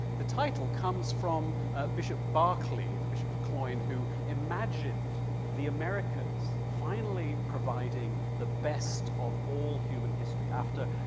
the title comes from bishop berkeley, the bishop of cloyne, who imagined the americas finally providing the best of all human history after,